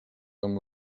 amb